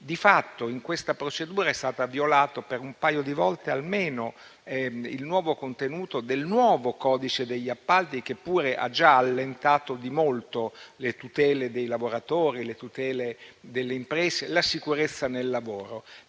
Di fatto in questa procedura è stato violato almeno un paio di volte il contenuto del nuovo codice degli appalti, che pure ha già allentato di molto le tutele dei lavoratori, le tutele delle imprese e la sicurezza nel lavoro.